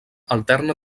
alterna